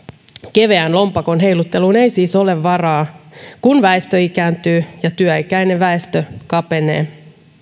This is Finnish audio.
keveään lompakon heilutteluun ei siis ole varaa kun väestö ikääntyy ja työikäinen väestö kapenee